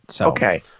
Okay